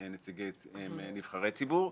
הם נבחרי ציבור,